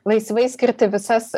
laisvai skirti visas